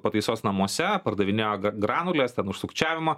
pataisos namuose pardavinėjo granules ten už sukčiavimą